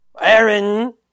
Aaron